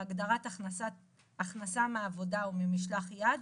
בהגדרה "הכנסה מעבודה או ממשלח יד",